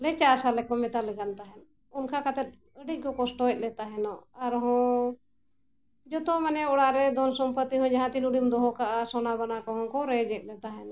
ᱞᱮ ᱪᱟᱥ ᱟᱞᱮ ᱠᱚ ᱢᱮᱛᱟᱞᱮᱠᱟᱱ ᱛᱟᱦᱮᱫ ᱚᱱᱠᱟ ᱠᱟᱛᱮᱫ ᱟᱹᱰᱤ ᱠᱚ ᱠᱚᱥᱴᱚᱭᱮᱫ ᱞᱮ ᱛᱟᱦᱮᱱᱚᱜ ᱟᱨᱦᱚᱸ ᱡᱚᱛᱚ ᱢᱟᱱᱮ ᱚᱲᱟᱜ ᱨᱮ ᱫᱷᱚᱱ ᱥᱚᱢᱯᱚᱛᱤ ᱦᱚᱸ ᱡᱟᱦᱟᱸ ᱛᱤᱱ ᱩᱰᱤᱡ ᱮᱢ ᱫᱚᱦᱚ ᱠᱟᱜᱼᱟ ᱥᱚᱱᱟ ᱜᱚᱭᱱᱟ ᱠᱚᱦᱚᱸ ᱠᱚ ᱨᱮᱡᱮᱫ ᱞᱮ ᱛᱟᱦᱮᱱᱚᱜ